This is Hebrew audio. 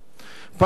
פעם אחת